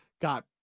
got